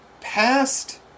past